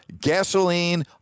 gasoline